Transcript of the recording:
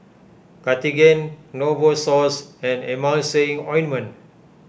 Cartigain Novosource and Emulsying Ointment